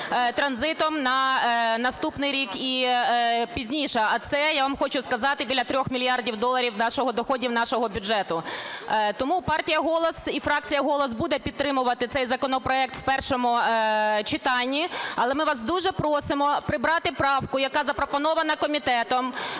транзитом на наступний рік і пізніше, а це, я вам хочу сказати, біля трьох мільярдів доларів нашого… доходів нашого бюджету. Тому партія "Голос" і фракція "Голос" буде підтримувати цей законопроект у першому читанні, але ми вас дуже просимо прибрати правку, яка запропонована комітетом,